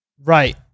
Right